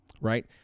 right